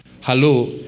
Hello